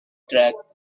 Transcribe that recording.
track